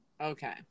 okay